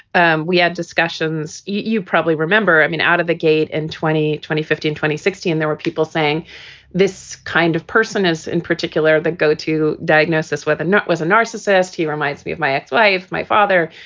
and we had discussions you probably remember i mean, out of the gate in twenty, twenty, fifteen, twenty, sixteen, there were people saying this kind of person is in particular that go to diagnosis whether or not was a narcissist. he reminds me of my ex-wife, my father.